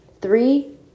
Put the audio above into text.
Three